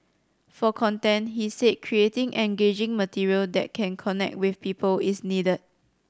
for content he said creating engaging material that can connect with people is needed